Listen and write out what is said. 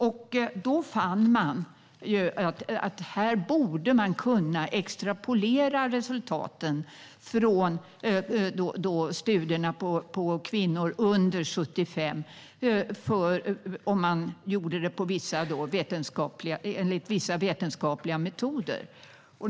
Man fann att man borde kunna extrapolera resultaten från studierna på kvinnor under 75 om man gjorde det enligt vissa vetenskapliga metoder.